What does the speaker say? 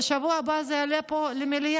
ובשבוע הבא זה יעלה פה למליאה.